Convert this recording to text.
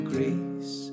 Grace